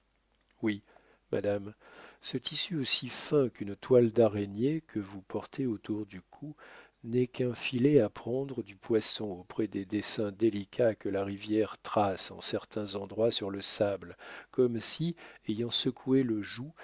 oui madame ce tissu aussi fin qu'une toile d'araignée que vous portez autour du cou n'est qu'un filet à prendre du poisson auprès des dessins délicats que la rivière trace en certains endroits sur le sable comme si ayant secoué le joug